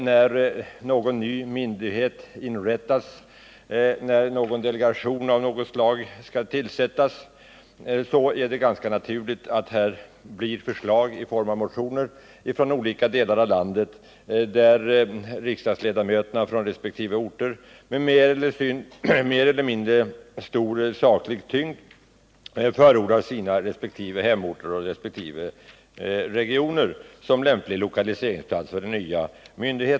När en ny myndighet skall inrättas eller en delegation av något slag skall tillsättas, så väcks det naturligt nog motioner från olika delar av landet, där riksdagsledamöter från resp. orter med mer eller mindre saklig tyngd förordar sina hemorter och regioner som lämplig lokaliseringsplats.